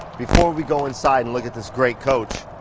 before we go inside and look at this great coach,